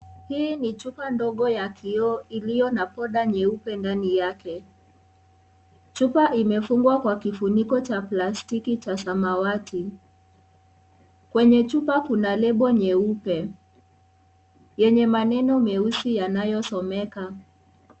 Hii ni chupa ndogo ya kioo iliyo na powder nyeupe ndani yake, chupa imefungwa kwa kifuniko cha plastiki cha samawati kwenye chupa kuna lebo nyeupe yenye maneno nyeusi yanayosomeka